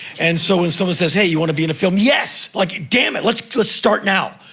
and so, when someone says, hey, you wanna be in a film? yes! like, damn it, let's let's start now!